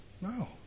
No